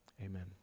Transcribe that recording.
amen